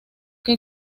que